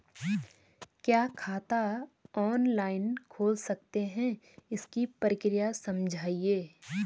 क्या खाता ऑनलाइन खोल सकते हैं इसकी प्रक्रिया समझाइए?